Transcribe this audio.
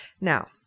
Now